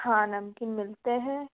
हाँ नमकीन मिलते हैं